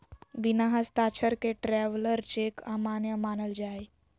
बिना हस्ताक्षर के ट्रैवलर चेक अमान्य मानल जा हय